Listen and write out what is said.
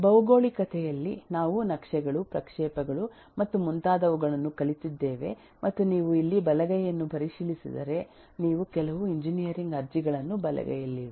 ಭೌಗೋಳಿಕತೆಯಲ್ಲಿ ನಾವು ನಕ್ಷೆಗಳು ಪ್ರಕ್ಷೇಪಗಳು ಮತ್ತು ಮುಂತಾದವುಗಳನ್ನು ಕಲಿತಿದ್ದೇವೆ ಮತ್ತು ನೀವು ಇಲ್ಲಿ ಬಲಗೈಯನ್ನು ಪರಿಶೀಲಿಸಿದರೆ ಇವು ಕೆಲವು ಎಂಜಿನಿಯರಿಂಗ್ ಅರ್ಜಿಗಳನ್ನು ಬಲಗೈಯಲ್ಲಿವೆ